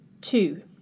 Two